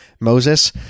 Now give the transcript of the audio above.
Moses